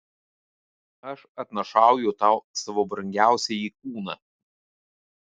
aš atnašauju tau savo brangiausiąjį kūną